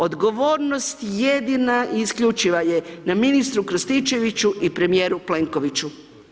Odgovornost jedina i isključiva je na ministru Krstičeviću i premijeru Plenkoviću.